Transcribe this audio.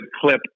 clip